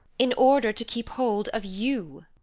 in order to keep hold of you.